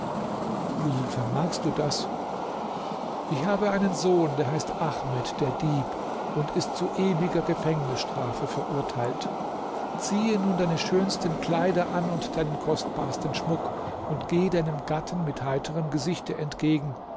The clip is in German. wie vermagst du das ich habe einen sohn der heißt ahmed der dieb und ist zu ewiger gefängnisstrafe verurteilt ziehe nun deine schönsten kleider an und deinen kostbarsten schmuck und geh deinem gatten mit heiterem gesichte entgegen